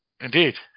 Indeed